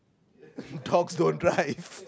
dogs don't drive